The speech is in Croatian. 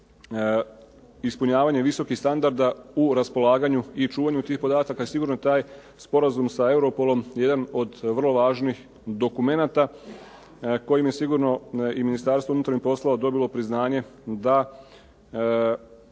ispunjavanje visokih standarda u raspolaganju i čuvanju tih podataka, sigurno taj sporazum sa Europolom je jedan od vrlo važnih dokumenata kojim je sigurno i Ministarstvo unutarnjih poslova dobilo priznanje da